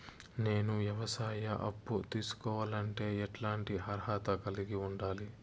నేను వ్యవసాయ అప్పు తీసుకోవాలంటే ఎట్లాంటి అర్హత కలిగి ఉండాలి?